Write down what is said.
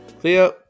Clear